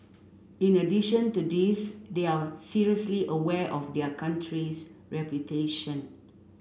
in addition to this they are seriously aware of their country's reputation